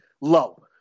low